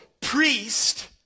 priest